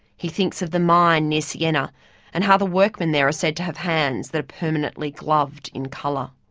he thinks of the mine near siena and how the workmen there are said to have hands that are permanently gloved in colour.